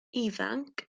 ifanc